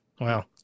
Wow